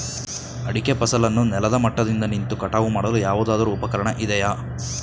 ಅಡಿಕೆ ಫಸಲನ್ನು ನೆಲದ ಮಟ್ಟದಿಂದ ನಿಂತು ಕಟಾವು ಮಾಡಲು ಯಾವುದಾದರು ಉಪಕರಣ ಇದೆಯಾ?